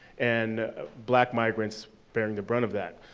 and black migrants bearing the brunt of that.